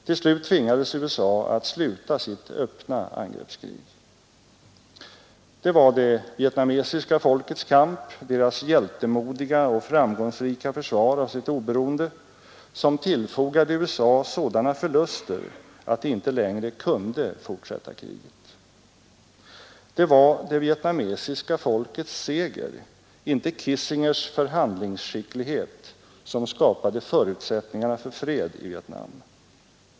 Till slut tvingades USA att sluta sitt öppna angreppskrig. Det var det vietnamesiska folkets kamp, dess hjältemodiga och framgångsrika försvar av sitt oberoende som tillfogade USA sådana förluster att det inte längre kunde fortsätta kriget. Det var det vietnamesiska folkets seger inte Kissingers förhandlingsskicklighet, som skapade förutsättningarna för fred i Vietnam.